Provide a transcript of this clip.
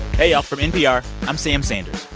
hey, y'all. from npr, i'm sam sanders.